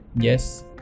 yes